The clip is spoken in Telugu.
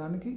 దానికి